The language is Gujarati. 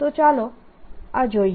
તો ચાલો આ જોઈએ